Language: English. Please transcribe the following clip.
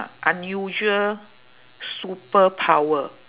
unusual superpower